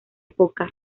poca